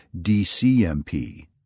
DCMP